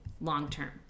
long-term